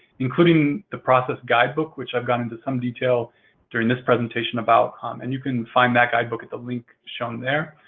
including the process guidebook which i've gone into some detail during this presentation about, um and you can find that guidebook at the link shown there.